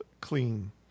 clean